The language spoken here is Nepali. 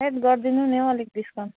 हैट् गरिदिनु नि हौ अलिक डिसकाउन्ट